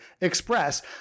Express